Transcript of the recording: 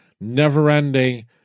never-ending